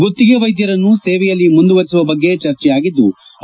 ಗುತ್ತಿಗೆ ವೈದ್ಧರನ್ನು ಸೇವೆಯಲ್ಲಿ ಮುಂದುವರೆಸುವ ಬಗ್ಗೆ ಚರ್ಚೆ ಆಗಿದ್ಲು